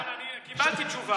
לא, אבל אני קיבלתי תשובה.